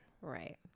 Right